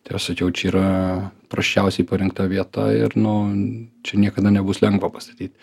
tai aš sakiau čia yra prasčiausiai parengta vieta ir nu čia niekada nebus lengva pastatyt